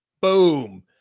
boom